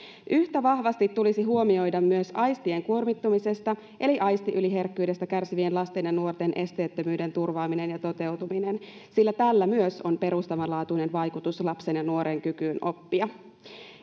yhtä vahvasti tulisi huomioida myös aistien kuormittumisesta eli aistiyliherkkyydestä kärsivien lasten ja nuorten esteettömyyden turvaaminen ja toteutuminen sillä tällä myös on perustavanlaatuinen vaikutus lapsen ja nuoren kykyyn oppia